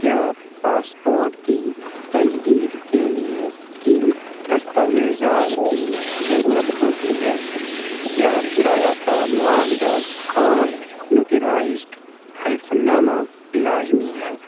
کیا پاسپورٹ کی تجدید کے لیے کن دستاویزات کی ضرورت ہوتی ہے کیا کرایہ کا معاہدہ اور نوٹرائزڈ حلف نامہ لازمی ہیں